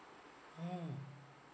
mm